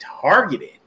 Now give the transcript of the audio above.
targeted